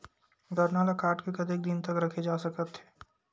गन्ना ल काट के कतेक दिन तक रखे जा सकथे?